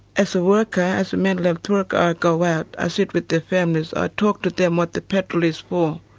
as a worker, as a mental health worker i go out, i sit with the families, i talk to them what the petrol is for.